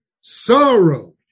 sorrow